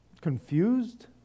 confused